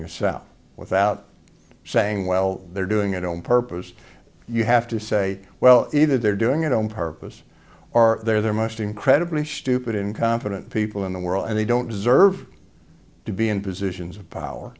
yourself without saying well they're doing it on purpose you have to say well either they're doing it on purpose or they're there most incredibly stupid incompetent people in the world and they don't deserve to be in positions of power